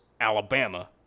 Alabama